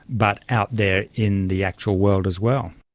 but out there in the actual world as well.